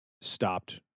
stopped